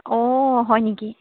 অঁ হয় নেকি